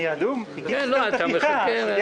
יש סיכום לפי החלטת ממשלה שמפנים את הבסיס הזה.